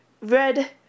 Red